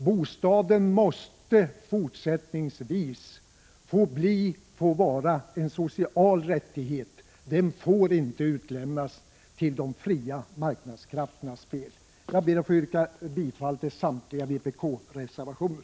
Bostaden måste fortsättningsvis få vara en social rättighet. Den får inte utlämnas till de fria marknadskrafternas spel. Jag ber att få yrka bifall till samtliga vpk-reservationer.